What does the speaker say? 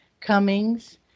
Cummings